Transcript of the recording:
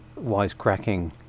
wisecracking